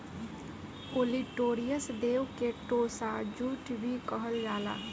olitorius देव के tossa jute भी कहल जाला